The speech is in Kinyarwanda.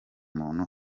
muntu